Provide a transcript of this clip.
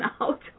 out